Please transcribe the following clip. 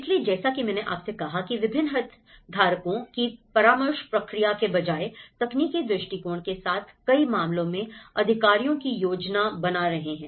इसलिए जैसा कि मैंने आपसे कहा कि विभिन्न हितधारकों की परामर्श प्रक्रिया के बजाय तकनीकी दृष्टिकोण के साथ कई मामलों में अधिकारियों की योजना बना रहे हैं